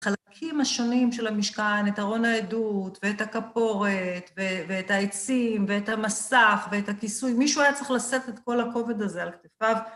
החלקים השונים של המשכן, את ארון העדות, ואת הכפורת, ואת העצים, ואת המסך, ואת הכיסוי, מישהו היה צריך לשאת את כל הכובד הזה על כתפיו.